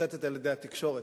מסורטטת על-ידי התקשורת,